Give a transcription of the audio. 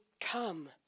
come